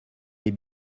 les